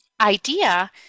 idea